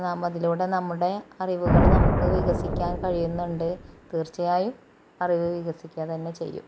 നാമതിലൂടെ നമ്മുടെ അറിവുകൾ നമുക്ക് വികസിക്കാൻ കഴിയുന്നുണ്ട് തീർച്ചയായും അറിവ് വികസിക്കുക തന്നെ ചെയ്യും